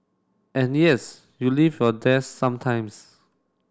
and yes you leave your desk sometimes